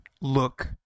look